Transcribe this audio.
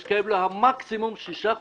יש כאלה שמקסימום שישה חודשים.